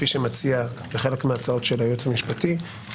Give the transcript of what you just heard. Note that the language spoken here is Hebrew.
כחלק מההצעות של הייעוץ המשפטי,